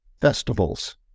festivals